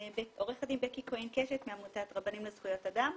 עורכת דין בקי כהן קשת מעמותת 'רבנים למען זכויות אדם'.